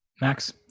Max